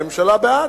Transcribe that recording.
הממשלה בעד.